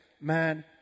man